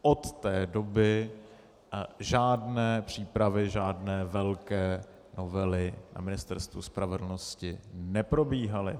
Od té doby žádné přípravy žádné velké novely na Ministerstvu spravedlnosti neprobíhaly.